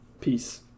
Peace